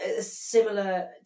similar